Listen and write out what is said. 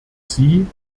sie